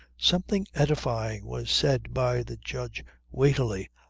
something edifying was said by the judge weightily,